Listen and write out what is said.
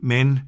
Men